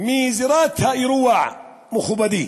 מזירת האירוע, מכובדי,